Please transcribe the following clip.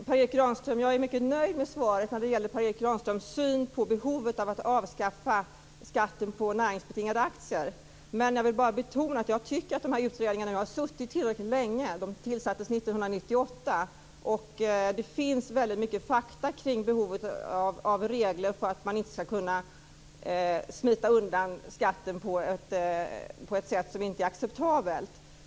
Herr talman! Jag är mycket nöjd med svaret när det gäller Per Erik Granströms syn på behovet av att avskaffa skatten på näringsbetingade aktier. Jag vill bara betona att jag tycker att de här utredningarna nu har suttit tillräckligt länge. De tillsattes 1998, och det finns väldigt mycket fakta omkring behovet av regler för att man inte ska kunna smita undan skatten på ett sätt som inte är acceptabelt.